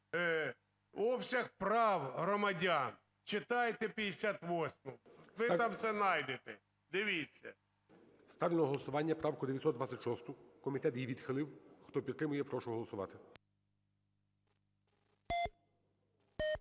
обсяг прав громадян. Читайте 58-у, ви там все найдете, дивіться. ГОЛОВУЮЧИЙ. Ставлю на голосування правку 926. Комітет її відхилив. Хто підтримує, прошу голосувати.